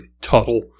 Tuttle